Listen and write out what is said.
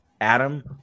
Adam